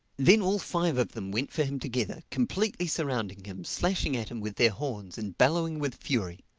then all five of them went for him together, completely surrounding him, slashing at him with their horns and bellowing with fury.